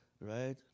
right